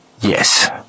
Yes